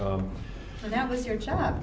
and that was your job